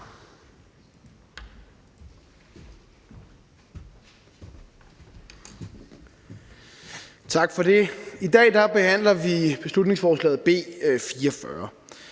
Tak for det. I dag behandler vi beslutningsforslaget B 44.